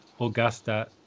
Augusta